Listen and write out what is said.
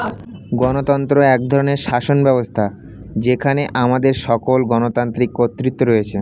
গণতন্ত্র এক ধরনের শাসনব্যবস্থা যেখানে আমাদের সকল গণতান্ত্রিক কর্তৃত্ব রয়েছে